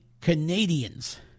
canadians